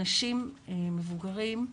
אנשים מבוגרים.